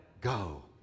go